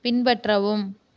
பின்பற்றவும்